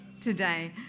today